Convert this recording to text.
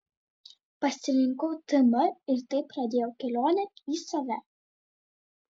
pasirinkau tm ir taip pradėjau kelionę į save